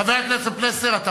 חבר הכנסת מולה, תלמד מבגין.